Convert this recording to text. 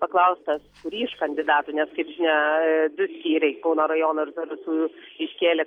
paklaustas kurį iš kandidatų nes kaip žinia du skyriai kauno rajono ir zarasų iškėlė